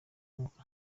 umwuka